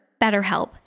BetterHelp